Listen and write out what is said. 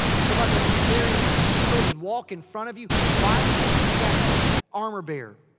somebody that'd carry the shield and walk in front of you. why do you think he had a armor bearer?